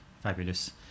fabulous